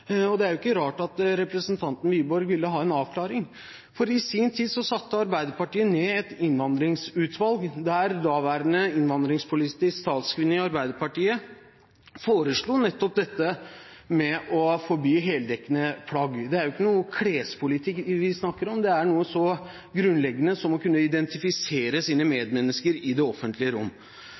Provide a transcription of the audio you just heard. Det er ikke rart at representanten Wiborg vil ha en avklaring, for i sin tid satte Arbeiderpartiet ned et innvandringsutvalg der daværende innvandringspolitiske talskvinne i Arbeiderpartiet foreslo nettopp å forby heldekkende plagg. Det er jo ikke noe klespoliti vi snakker om, det er noe så grunnleggende som å kunne identifisere sine medmennesker i det offentlige rom.